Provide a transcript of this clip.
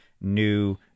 new